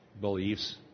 beliefs